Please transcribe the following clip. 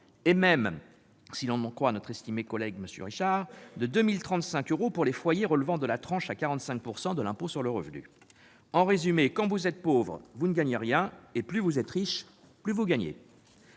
même, si l'on en croit notre estimé collègue M. Alain Richard, 2 035 euros pour les foyers relevant de la tranche à 45 % de l'impôt sur le revenu. En résumé : quand vous êtes pauvre, vous ne gagnez rien ; plus vous êtes riches, plus vous gagnez